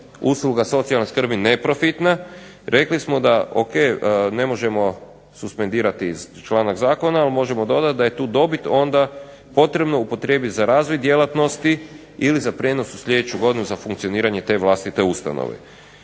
usluga socijalne skrbi neprofitna, rekli smo da ok, ne možemo suspendirati članak zakona, ali možemo dodat da je tu dobit onda potrebno upotrijebit za razvoj djelatnosti ili za prijenos u sljedeću godinu za funkcioniranje te vlastite ustanove.